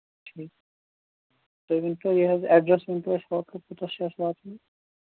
ٹھیٖک تُہۍ ؤنۍتو یہِ حظ اٮ۪ڈرٮ۪س ؤنۍتو اَسہِ پرٛاپَر کوٚتَتھ چھِ اَسہِ واتُن